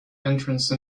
entrance